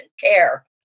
care